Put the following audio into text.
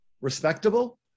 respectable